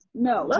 no, like